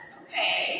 okay